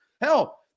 Hell